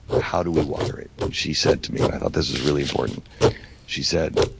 how do we water it? and she said to me and i thought this was really important she said,